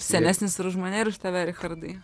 senesnis ir už mane ir už richardai